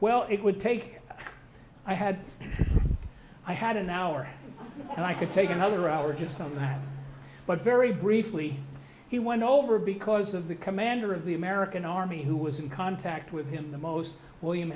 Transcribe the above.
well it would take i had i had an hour and i could take another hour just on time but very briefly he went over because of the commander of the american army who was in contact with him the most william